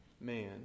man